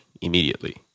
immediately